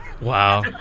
Wow